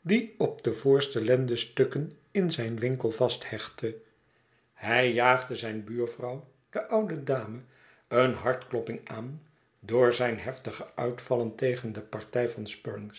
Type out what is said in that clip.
die op de voorste lendestukken in zijn winkel vasthechtte hij jaagde zijn buurvrouw de oude dame een h art k lop ping aan door zyn heftige uitvallen tegen de party van